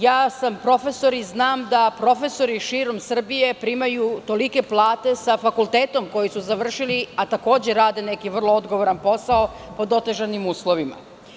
Ja sam profesor i znam da profesori širom Srbije primaju tolike plate sa fakultetom koji su završili, a takođe radne neki vrlo odgovoran posao pod otežanim uslovima.